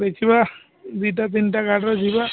ଦେଖିବା ଦୁଇଟା ତିନିଟା ଗାଡ଼ିର ଯିବା